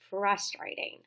frustrating